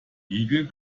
igel